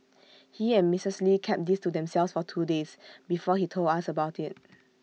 he and Mrs lee kept this to themselves for two days before he told us about IT